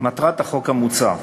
החוק המוצע: